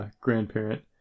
Grandparent